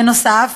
בנוסף,